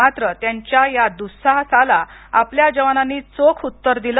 मात्र त्यांच्या या दुःसाहसाला आपल्या जवानांनी चोख उत्तर दिलं